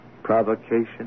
Provocation